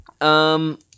Um-